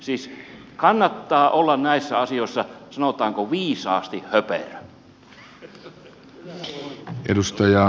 siis kannattaa olla näissä asioissa sanotaanko viisaasti höperö